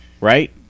right